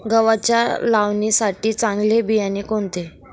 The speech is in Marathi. गव्हाच्या लावणीसाठी चांगले बियाणे कोणते?